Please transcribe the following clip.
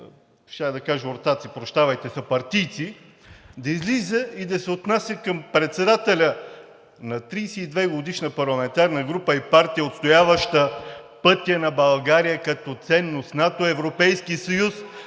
щях да кажа ортаци, прощавайте, съпартийци, да излиза и да се отнася към председателя на 32-годишна парламентарна група и партия, отстояваща пътя на България като ценност в НАТО и Европейския съюз,